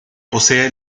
posee